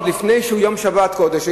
עוד לפני שהוא יום שבת קודש,